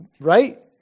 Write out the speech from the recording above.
right